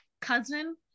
cousin